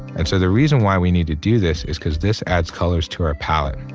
and so the reason why we need to do this is because this adds colors to our palette.